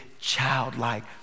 childlike